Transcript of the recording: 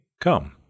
Come